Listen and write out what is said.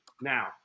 Now